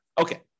Okay